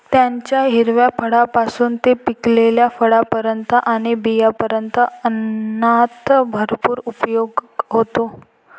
त्याच्या हिरव्या फळांपासून ते पिकलेल्या फळांपर्यंत आणि बियांपर्यंत अन्नात भरपूर उपयोग होतो